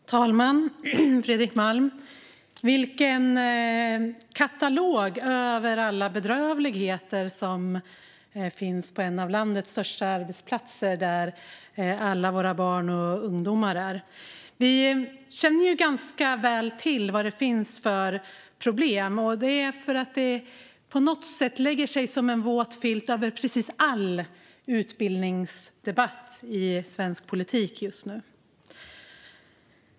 Fru talman! Vilken katalog vi fick, Fredrik Malm, över alla bedrövligheter som finns på en av landets största arbetsplatser, där alla våra barn och ungdomar är. Vi känner ganska väl till vad det finns för problem. Det är för att det på något sätt lägger sig som en våt filt över precis all utbildningsdebatt i svensk politik just nu.